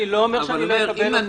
אני לא אומר שאני לא אקבל אותו.